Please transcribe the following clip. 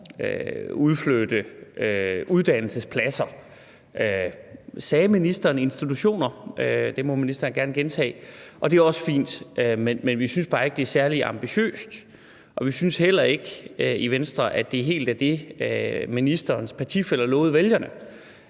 udflytte uddannelsespladser. Sagde ministeren institutioner? Det må ministeren gerne gentage. Det er også fint, vi synes bare ikke, det er særlig ambitiøst. Vi synes heller ikke i Venstre, at det helt er det, ministerens partifæller lovede vælgerne.